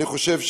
אני חושב,